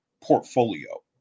portfolio